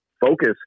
focus